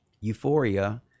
euphoria